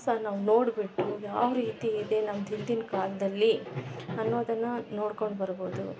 ಸಹ ನಾವು ನೋಡ್ಬಿಟ್ಟು ಯಾವ್ರೀತಿ ಇದೆ ನಮ್ದು ಹಿಂದಿನ ಕಾಲದಲ್ಲಿ ಅನ್ನೋದನ್ನ ನೋಡ್ಕೊಂಡು ಬರ್ಬೋದು